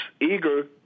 eager